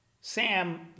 Sam